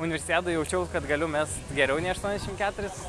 universiadoj jaučiaus kad galiu mest geriau nei aštuoniasdešim keturis